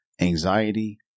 anxiety